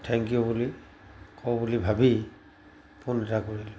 thank you বুলি কওঁ বুলি ভাবি ফোন এটা কৰিলোঁ